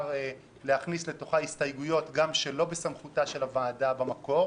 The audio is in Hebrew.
להכניס לתוכה הסתייגויות גם שלא בסמכותה של הוועדה במקור.